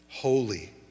holy